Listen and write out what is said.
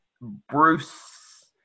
Bruce